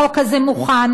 החוק הזה מוכן,